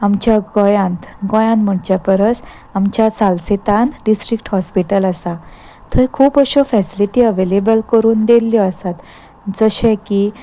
आमच्या गोंयांत गोंयान म्हणचे परस आमच्या सालसेेतान डिस्ट्रिक्ट हॉस्पिटल आसा थंय खूब अश्यो फॅसिलिटी अवॅलेबल करून दिल्ल्यो आसात जशें की